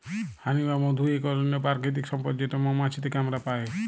হানি বা মধু ইক অনল্য পারকিতিক সম্পদ যেট মোমাছি থ্যাকে আমরা পায়